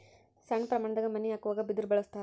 ಸಣ್ಣ ಪ್ರಮಾಣದಾಗ ಮನಿ ಹಾಕುವಾಗ ಬಿದರ ಬಳಸ್ತಾರ